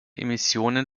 emissionen